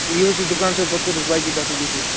ییِو حظ تُہۍ دُکانس پتہٕ کَرو أسۍ باقٕے کتھٕ حظ تَتِی